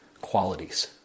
qualities